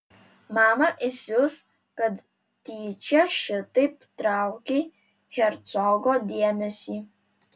mama įsius kad tyčia šitaip traukei hercogo dėmesį